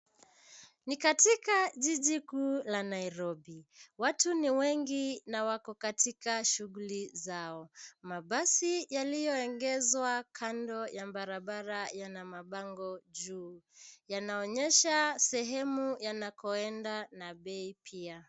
Ni katika jiji kuu la Nairobi. Watu ni wengi na wako katika shughuli zao. Mabasi yaliyoegezwa kando ya barabara yana mabango juu. Yanaonyesha sehemu yanakoenda na bei pia.